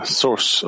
source